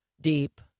deep